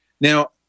Now